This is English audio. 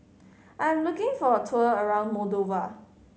I am looking for a tour around Moldova